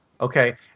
Okay